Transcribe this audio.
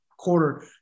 quarter